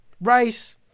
rice